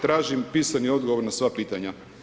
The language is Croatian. Tražim pisani odgovor na sva pitanja.